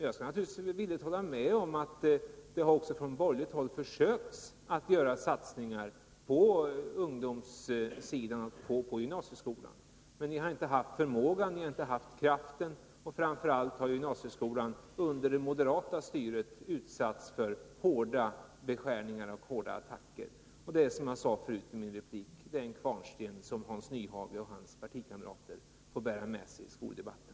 Jag skall naturligtvis villigt hålla med om att man också från borgerligt håll har försökt göra satsningar på ungdomssidan inom gymnasieskolan. Men ni har inte haft förmågan och kraften, och framför allt har gymnasieskolan under moderat styre utsatts för hårda beskäringar och attacker. Det är — som jag sade i min replik — en kvarnsten som Hans Nyhage och hans partikamrater får bära med sig i skoldebatten.